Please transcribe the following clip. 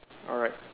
alright